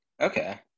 Okay